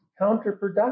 counterproductive